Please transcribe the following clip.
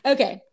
Okay